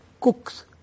cooks